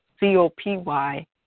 C-O-P-Y